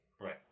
right